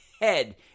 head